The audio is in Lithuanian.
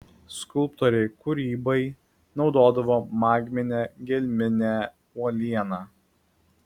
skulptoriai kūrybai naudodavo magminę gelminę uolieną